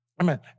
Amen